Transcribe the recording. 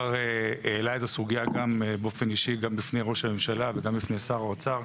השר העלה את הסוגיה באופן אישי גם בפני ראש הממשלה וגם בפני שר האוצר.